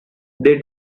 they